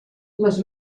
les